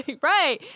right